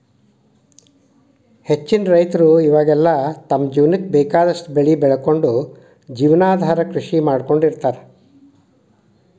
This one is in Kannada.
ಹೆಚ್ಚಿನ ರೈತರ ಇವಾಗೆಲ್ಲ ತಮ್ಮ ಜೇವನಕ್ಕ ಬೇಕಾದಷ್ಟ್ ಬೆಳಿ ಬೆಳಕೊಂಡು ಜೇವನಾಧಾರ ಕೃಷಿ ಮಾಡ್ಕೊಂಡ್ ಇರ್ತಾರ